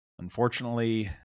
unfortunately